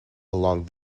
along